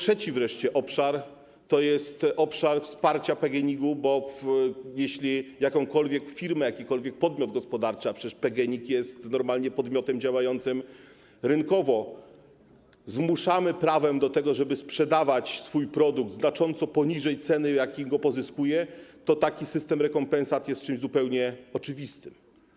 Wreszcie trzeci obszar to obszar wsparcia PGNiG-u, bo jeśli jakąkolwiek firmę, jakikolwiek podmiot gospodarczy - a przecież PGNiG jest podmiotem normalnie działającym rynkowo - zmuszamy prawem do tego, żeby sprzedawali swój produkt znacząco poniżej ceny, w jakiej go pozyskują, to taki system rekompensat jest czymś zupełnie oczywistym.